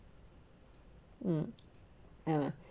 mm um